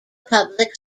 public